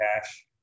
cash